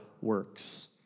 works